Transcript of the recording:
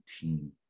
team